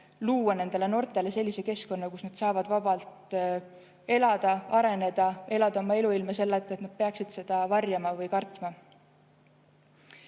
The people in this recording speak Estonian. luua nendele noortele sellise keskkonna, kus nad saavad vabalt elada, areneda, elada oma elu ilma selleta, et nad peaksid seda varjama või kartma?